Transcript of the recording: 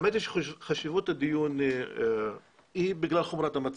האמת היא שחשיבות הדיון היא בגלל חומרת המצב,